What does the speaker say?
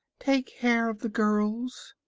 take care of the girls.